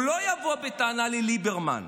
הוא לא יבוא בטענה לליברמן,